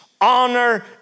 honor